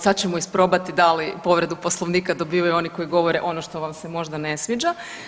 Sad ćemo isprobati da li povredu Poslovnika dobivaju oni koji govore ono što vam se možda ne sviđa.